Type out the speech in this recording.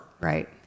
Right